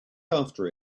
after